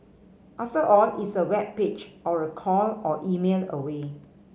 after all it's a web page or a call or email away